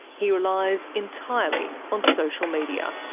he relies entirely on social media.